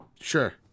sure